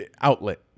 outlet